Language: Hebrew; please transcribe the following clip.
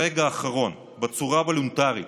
ברגע האחרון ובצורה וולונטרית?